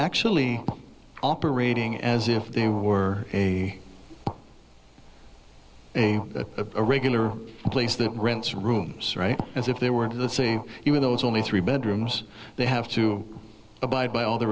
actually operating as if they were a a a a regular place that rents rooms right as if they were the same even though it's only three bedrooms they have to abide by all the